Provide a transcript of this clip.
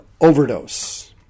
Overdose